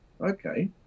okay